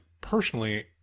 personally